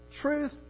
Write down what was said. truth